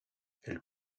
elles